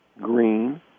green